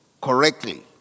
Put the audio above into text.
correctly